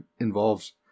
involves